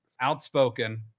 Outspoken